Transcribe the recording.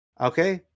okay